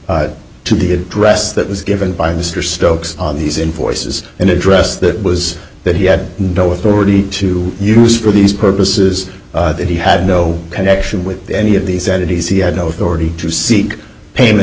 to to the address that was given by mr stokes these enforces an address that was that he had no authority to use for these purposes that he had no connection with any of these entities he had no authority to seek payment